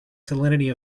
salinity